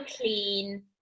Clean